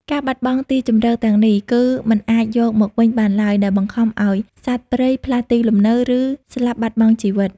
ការបាត់បង់ទីជម្រកទាំងនេះ គឺមិនអាចយកមកវិញបានឡើយ ដែលបង្ខំឱ្យសត្វព្រៃផ្លាស់ទីលំនៅ ឬស្លាប់បាត់បង់ជីវិត។